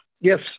Yes